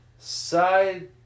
Side